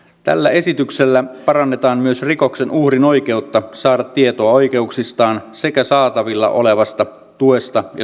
tällä esityksellä parannetaan myös rikoksen uhrin oikeutta saada tietoa oikeuksistaan sekä saatavilla olevasta tuesta ja suojelusta